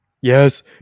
Yes